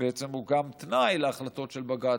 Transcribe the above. ובעצם הוא גם תנאי להחלטות של בג"ץ,